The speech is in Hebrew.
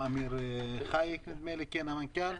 עם אמיר חייק המנכ"ל,